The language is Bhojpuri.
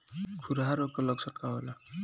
खुरहा रोग के लक्षण का होला?